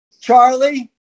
Charlie